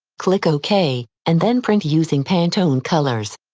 click ok, and then print using pantone colors.